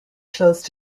close